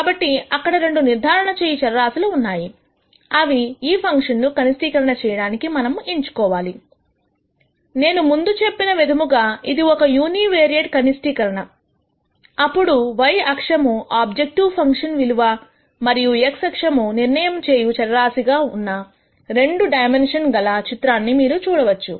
కాబట్టి అక్కడ రెండు నిర్ధారణ చేయు చర రాశులు ఉన్నాయి అవి ఈ ఫంక్షన్ ను కనిష్టీకరణ చేయడానికి మనము ఎంచుకోవాలి నేను ముందు చెప్పిన విధముగా ఇది ఒక యూనివేరియేట్ కనిష్టీకరణ అప్పుడు y అక్షము ఆబ్జెక్టివ్ ఫంక్షన్ విలువ మరియు x అక్షము నిర్ణయం చేయు చరరాశి గా ఉన్న రెండు డైమన్షన్స్ గల చిత్రాన్ని మీరు చూడవచ్చు